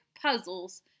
puzzles